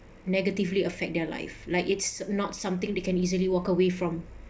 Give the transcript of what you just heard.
negatively affect their life like it's not something that can easily walk away from